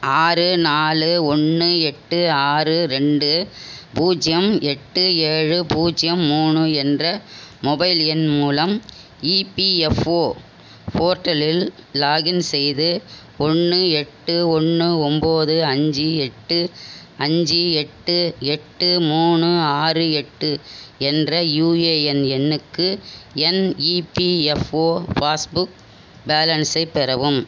ஆறு நாலு ஒன்று எட்டு ஆறு ரெண்டு பூஜ்ஜியம் எட்டு ஏழு பூஜ்ஜியம் மூணு என்ற மொபைல் எண் மூலம் இபிஎஃப்ஒ போர்ட்டலில் லாக்இன் செய்து ஒன்று எட்டு ஒன்று ஒம்போது அஞ்சு எட்டு அஞ்சு எட்டு எட்டு மூணு ஆறு எட்டு என்ற யுஏஎன் எண்ணுக்கு என் இபிஎஃப்ஒ பாஸ்புக் பேலன்ஸை பெறவும்